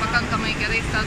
pakankamai gerai startuojam